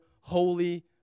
holy